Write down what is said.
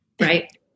right